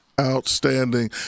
Outstanding